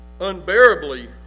unbearably